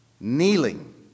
kneeling